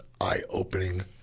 eye-opening